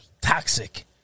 toxic